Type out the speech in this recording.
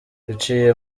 biciye